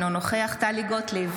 אינו נוכח טלי גוטליב,